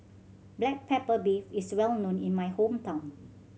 black pepper beef is well known in my hometown